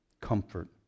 comfort